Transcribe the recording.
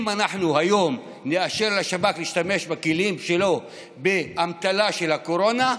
אם היום אנחנו נאשר לשב"כ להשתמש בכלים שלו באמתלה של הקורונה,